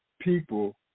people